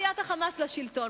עליית ה"חמאס" לשלטון.